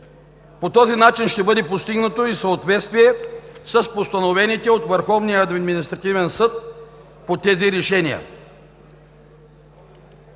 По този начин ще бъде постигнато и съответствие с постановеното от Върховния административен съд по тези решения.